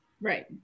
Right